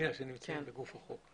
שנמצאים בגוף החוק.